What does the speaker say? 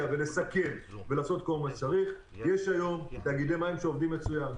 ולסכם יש היום תאגידי מים שעובדים מצוין.